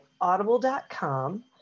audible.com